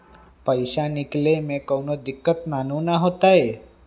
पईसा निकले में कउनो दिक़्क़त नानू न होताई?